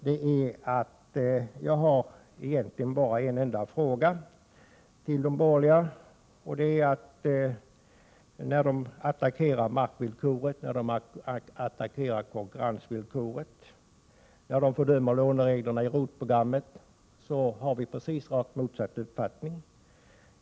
De borgerliga attackerar markvillkoret och konkurrensvillkoret och fördömer lånereglerna i ROT-programmet. Vi har precis motsatt uppfattning.